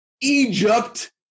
Egypt